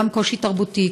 קושי תרבותי,